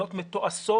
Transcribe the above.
מדינות מתועשות,